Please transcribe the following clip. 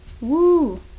Woo